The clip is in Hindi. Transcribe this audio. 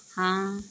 हाँ